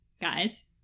Guys